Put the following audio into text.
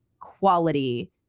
quality